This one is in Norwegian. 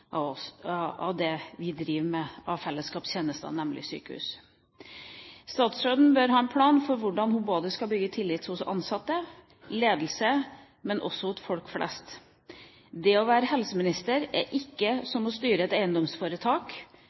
av det vi driver med av fellesskapstjenester, nemlig sykehus. Statsråden bør ha en plan for hvordan hun skal bygge tillit både hos ansatte og ledelse og hos folk flest. Det å være helseminister er ikke som å styre et eiendomsforetak,